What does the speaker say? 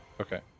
Okay